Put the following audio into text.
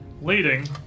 Leading